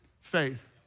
faith